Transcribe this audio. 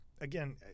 Again